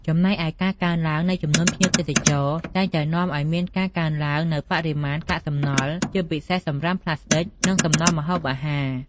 ចំណែកឯ ការកើនឡើងនៃចំនួនភ្ញៀវទេសចរតែងតែនាំឱ្យមានការកើនឡើងនូវបរិមាណកាកសំណល់ ជាពិសេសសំរាមប្លាស្ទិក និងសំណល់ម្ហូបអាហារ។